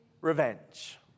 revenge